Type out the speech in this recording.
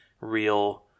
real